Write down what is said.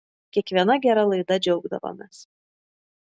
kiekviena gera laida džiaugdavomės